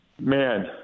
man